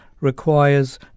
requires